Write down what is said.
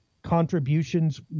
contributions